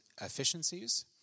efficiencies